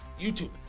YouTube